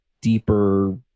deeper